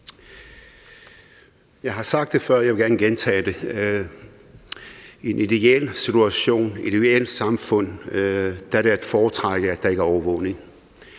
Jeg har sagt det før, og jeg vil gerne gentage det: I en ideel situation, i et ideelt samfund, er det at foretrække, at der ikke er overvågning.